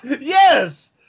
Yes